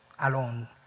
alone